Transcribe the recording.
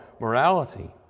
morality